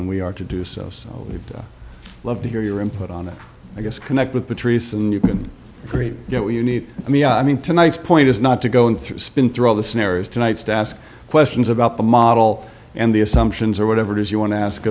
than we are to do so so we'd love to hear your input on it i guess connect with patrice and you can create what you need i mean i mean tonight's point is not to go in through spin through all the scenarios tonights to ask questions about the model and the assumptions or whatever it is you want to ask